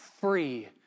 free